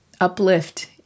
uplift